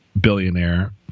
billionaire